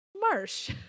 Marsh